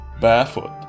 barefoot